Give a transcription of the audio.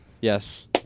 yes